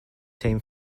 team